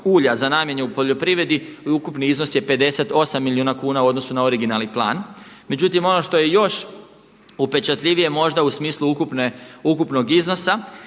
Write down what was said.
ulja za namjeni u poljoprivredi i ukupni iznos je 58 milijuna kuna u odnosu na originalni plan. Međutim, ono što je još upečatljivije možda u smislu ukupnog iznosa